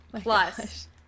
plus